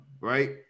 right